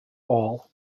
all